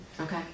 Okay